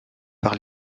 par